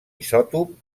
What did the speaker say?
isòtop